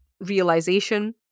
realization